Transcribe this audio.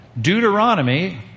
Deuteronomy